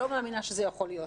לא מאמינה שזה יכול להיות.